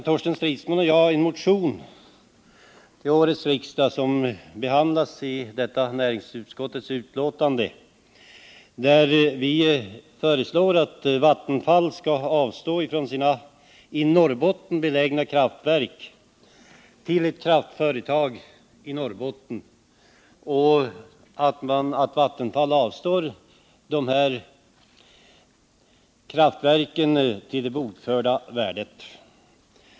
Torsten Stridsman och jag har i en motion till årets riksmöte, som behandlas i näringsutskottets betänkande nr 60, föreslagit att Vattenfall skall avstå sina i Norrbotten belägna kraftverk till ett kraftföretag i Norrbotten. Vattenfall skulle avstå sina kraftverk till det bokförda värdet.